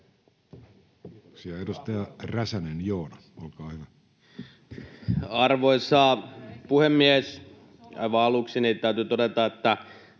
Kiitoksia. — Edustaja Räsänen, Joona, olkaa hyvä. Arvoisa puhemies! Aivan aluksi täytyy todeta, että